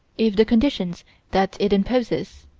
if the conditions that it imposes,